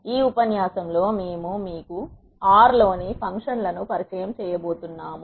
ఈ ఉపన్యాసంలో మేము మీకు ఆర్ R లోని ఫంక్షన్ లను పరిచయం చేయబోతున్నాను